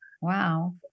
wow